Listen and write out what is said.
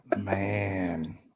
man